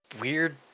weird